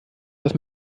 dass